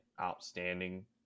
outstanding